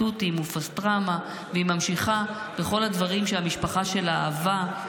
תותים ופסטרמה" והיא ממשיכה בכל הדברים שהמשפחה שלה אהבה,